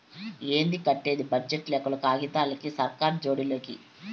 ఏంది కట్టేది బడ్జెట్ లెక్కలు కాగితాలకి, సర్కార్ జోడి లోకి